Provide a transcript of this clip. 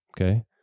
Okay